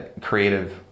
creative